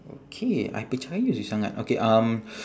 okay I percaya you sangat okay um